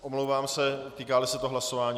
Omlouvám se, týkáli se to hlasování.